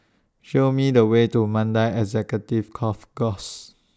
Show Me The Way to Mandai Executive Golf Course